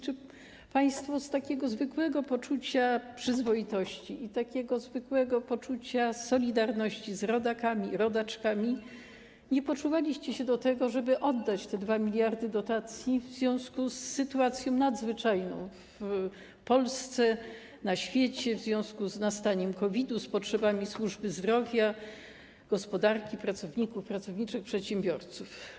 Czy państwo z takiego zwykłego poczucia przyzwoitości i takiego zwykłego poczucia solidarności z rodakami i rodaczkami nie poczuwaliście się do tego, żeby oddać te 2 mld dotacji w związku z sytuacją nadzwyczajną w Polsce, na świecie, w związku z nastaniem COVID, potrzebami służby zdrowia, gospodarki, pracowników, pracowniczek, przedsiębiorców?